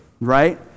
right